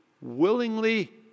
willingly